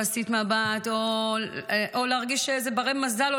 אסור לנו להסיט מבט או להרגיש איזה בני מזל או